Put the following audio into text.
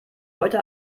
heute